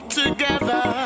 together